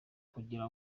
kugira